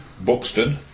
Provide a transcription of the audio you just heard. Buxton